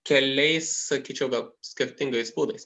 keliais sakyčiau gal skirtingais būdais